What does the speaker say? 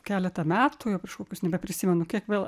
keletą metų jau prieš kokius nebeprisimenu kiek vėl